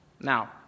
Now